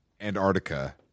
antarctica